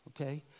okay